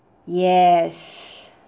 yes